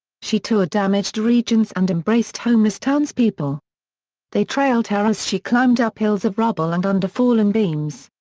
she toured damaged regions and embraced homeless townspeople they trailed her as she climbed up hills of rubble and under fallen beams.